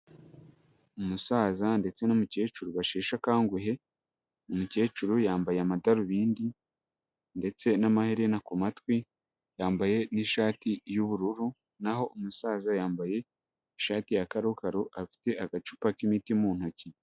Umusaza ndetse n'umukecuru basheshe akanguhe, umukecuru yambaye amadarubindi ndetse n'amaherena kumatwi yambaye nishati y'ubururu, naho umusaza yambaye ishati ya karokaro afite agacupa k'imiti mu ntoki.